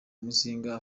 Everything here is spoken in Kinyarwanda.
muzinga